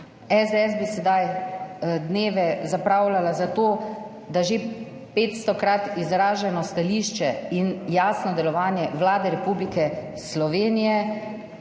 SDS bi sedaj dneve zapravljala za to, da že petstokrat izraženo stališče in jasno delovanje Vlade Republike Slovenije,